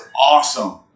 awesome